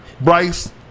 Bryce